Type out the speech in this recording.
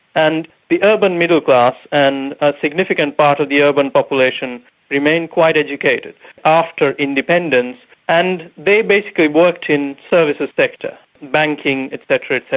and the urban middle class and a significant part of the urban population remained quite educated after independence and they basically worked in services sector banking, et cetera,